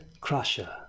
crusher